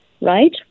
right